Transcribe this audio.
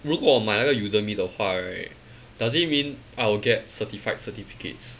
如果我买那个 Udemy 的话 right does it mean I'll get certified certificates